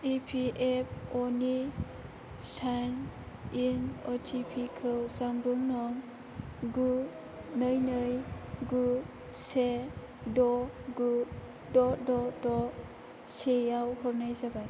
EPFO नि sign in अटिपिखौ जानबुं नं गु नै नै गु से द' गु द' द' द' से आव हरनाय जाबाय